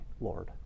Lord